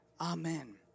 Amen